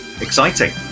exciting